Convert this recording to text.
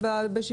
כפולה.